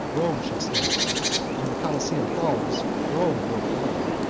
rome shall stand when the coliseum falls, rome will fall